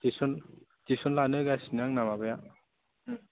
tuition लानो होगासिनो आंना बाबाया